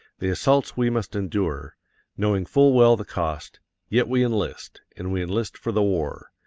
the assaults we must endure knowing full well the cost yet we enlist, and we enlist for the war.